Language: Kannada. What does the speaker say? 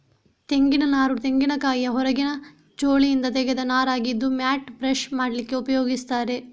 ತೆಂಗಿನ ನಾರು ತೆಂಗಿನಕಾಯಿಯ ಹೊರಗಿನ ಚೋಲಿನಿಂದ ತೆಗೆದ ನಾರಾಗಿದ್ದು ಮ್ಯಾಟ್, ಬ್ರಷ್ ಮಾಡ್ಲಿಕ್ಕೆ ಉಪಯೋಗಿಸ್ತಾರೆ